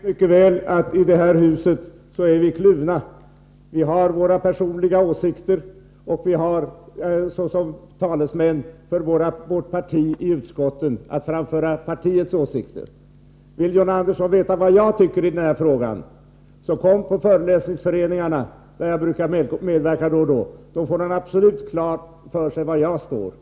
Herr talman! John Andersson vet mycket väl att vi i det här huset är kluvna. Vi har våra personliga åsikter, och vi har såsom talesmän för vårt parti i utskotten att framföra partiets åsikter. Om John Andersson vill veta vad jag tycker i den här frågan kan han komma till de föreläsningsföreningar där jag ibland brukar medverka. Då får han absolut klart för sig vilken ståndpunkt jag står på.